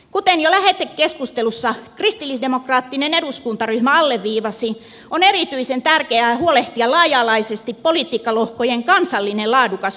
kuten jo lähetekeskustelussa kristillisdemokraattinen eduskuntaryhmä alleviivasi on erityisen tärkeää huolehtia laaja alaisesti politiikkalohkojen kansallinen laadukas hoito